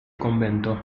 convento